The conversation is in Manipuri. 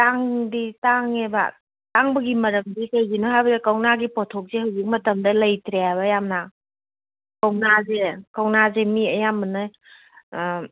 ꯇꯥꯡꯗꯤ ꯇꯥꯡꯉꯦꯕ ꯇꯥꯡꯕꯒꯤ ꯃꯔꯝꯁꯦ ꯀꯩꯒꯤꯅꯣ ꯍꯥꯏꯕꯗ ꯀꯧꯅꯥꯒꯤ ꯄꯣꯠꯊꯣꯛꯁꯦ ꯍꯧꯖꯤꯛ ꯃꯇꯝꯗ ꯂꯩꯇ꯭ꯔꯦ ꯍꯥꯏꯕ ꯌꯥꯝꯅ ꯀꯧꯅꯥꯁꯦ ꯀꯧꯅꯥꯁꯦ ꯃꯤ ꯑꯌꯥꯝꯕꯅ